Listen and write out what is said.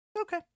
Okay